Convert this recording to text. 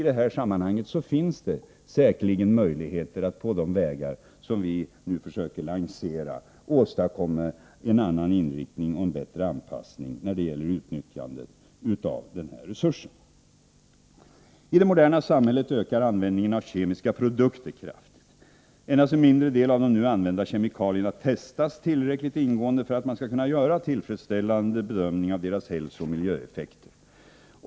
Det finns säkerligen möjligheter att på de vägar som vi nu försöker lansera åstadkomma en annan inriktning och en bättre anpassning när det gäller utnyttjandet av denna resurs. I det moderna samhället ökar användningen av kemiska produkter kraftigt. Endast en mindre del av de nu använda kemikalierna testas tillräckligt ingående för att man skall kunna göra en tillfredsställande bedömning av deras hälsooch miljöeffekter.